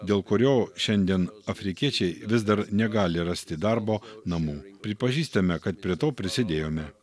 dėl kurio šiandien afrikiečiai vis dar negali rasti darbo namų pripažįstame kad prie to prisidėjome